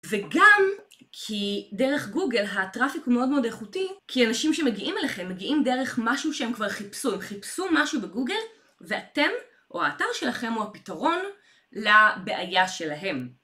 וגם כי דרך גוגל הטראפיק מאוד מאוד איכותי. כי אנשים שמגיעים אליכם מגיעים דרך משהו שהם כבר חיפשו הם חיפשו משהו בגוגל ואתם או האתר שלכם הוא הפתרון לבעיה שלהם.